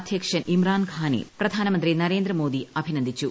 അധൃക്ഷൻ ഇമ്രാൻഖാനെ പ്രധാനമന്ത്രി നരേന്ദ്ര മോദി അഭിനന്ദിച്ചു